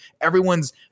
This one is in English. everyone's